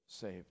saved